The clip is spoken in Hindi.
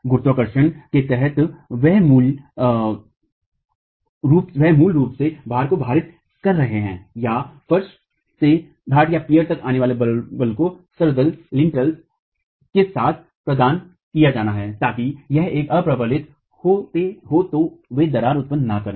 गुरुत्वाकर्षण के तहत वे मूल रूप से भार को भारित कर रहे हैं या फर्श से घाटपियर तक आने वाले बलों को सरदललिंटल्स के साथ प्रदान किया जाना हैताकि यदि यह अ प्रबलित हो तो वे दरार उत्पन्न न करें